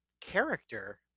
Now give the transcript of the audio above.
character